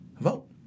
vote